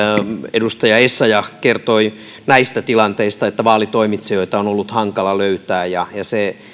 edustaja essayah kertoi näistä tilanteista että vaalitoimitsijoita on ollut hankala löytää ja se